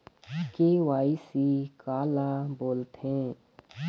KYC काला बोलथें?